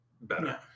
better